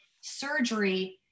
surgery